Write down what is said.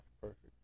perfect